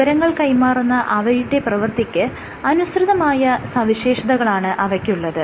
വിവരങ്ങൾ കൈമാറുന്ന അവരുടെ പ്രവർത്തനരീതിക്ക് അനുസൃതമായ സവിശേഷതകളാണ് അവയ്ക്കുള്ളത്